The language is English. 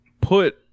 put